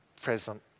present